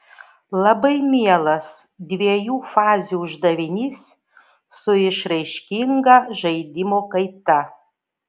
labai mielas dviejų fazių uždavinys su išraiškinga žaidimo kaita